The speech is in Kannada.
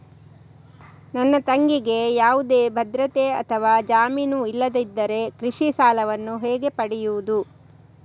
ನನ್ನ ತಂಗಿಗೆ ಯಾವುದೇ ಭದ್ರತೆ ಅಥವಾ ಜಾಮೀನು ಇಲ್ಲದಿದ್ದರೆ ಕೃಷಿ ಸಾಲವನ್ನು ಹೇಗೆ ಪಡೆಯುದು?